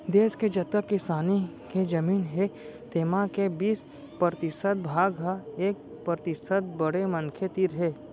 देस के जतका किसानी के जमीन हे तेमा के बीस परतिसत भाग ह एक परतिसत बड़े मनखे तीर हे